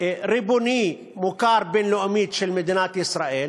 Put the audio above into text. ריבוני של מדינת ישראל